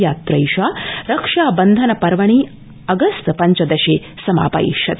यात्रैषा रक्षा बन्धन पर्वणि अगस्त पञ्चदशे समापयिष्यति